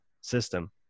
system